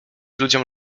ludziom